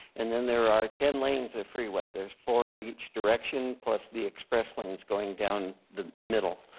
and then there are ten lanes of freeway. there is four in each direction, plus the express lanes going down the middle.